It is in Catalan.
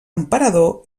emperador